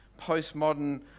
postmodern